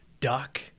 Duck